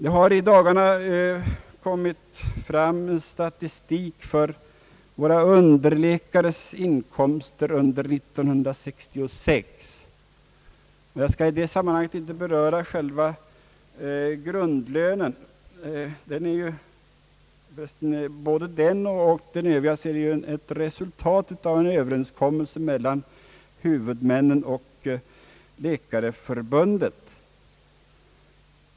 I dagarna har det kommit fram en statistik över våra underläkares inkomster under 1966. Jag skall här inte beröra själva grundlönen som är ett resultat av en överenskommelse mellan huvudmännen och Läkarförbundet.